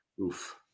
Oof